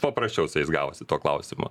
paprasčiau su jais gavosi tuo klausimu